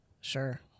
Sure